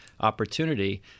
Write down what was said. opportunity